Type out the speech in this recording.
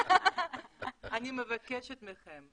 אני מבקשת מכם,